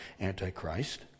Antichrist